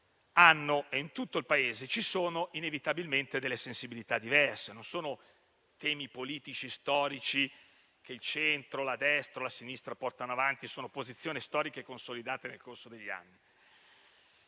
in tutto il Paese ci sono inevitabilmente sensibilità diverse: non si tratta infatti di temi politici storici che il centro, la destra o la sinistra portano avanti con posizioni storiche consolidate nel corso degli anni.